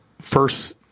first